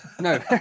No